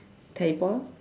teleport lor